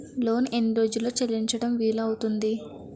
Loan ఎన్ని రోజుల్లో చెల్లించడం వీలు అవుతుంది?